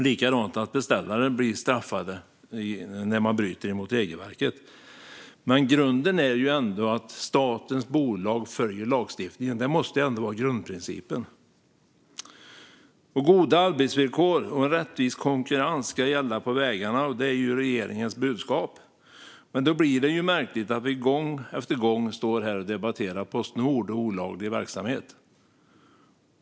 Likadant ska beställaren straffas när man bryter mot regelverket. Men grundprincipen måste ändå vara att statens bolag följer lagstiftningen. Goda arbetsvillkor och en rättvis konkurrens ska gälla på vägarna. Det är regeringens budskap. Men då blir det märkligt att vi gång efter gång debatterar Postnord och olaglig verksamhet.